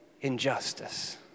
injustice